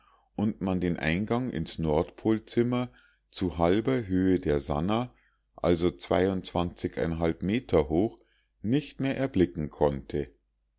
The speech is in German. und man den eingang ins nordpolzimmer zu halber höhe der sannah also meter hoch nicht mehr erblicken konnte